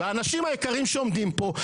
והאנשים היקרים שעומדים פה,